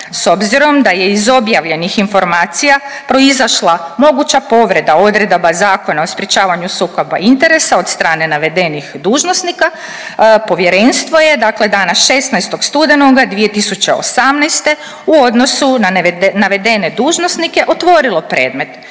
s obzirom da je iz objavljenih informacija proizašla moguća povreda odredaba Zakona o sprječavanju sukoba interesa od strane navedenih dužnosnika povjerenstvo je dakle dana 16. studenoga 2018. u odnosu na navedene dužnosnike otvorilo predmet.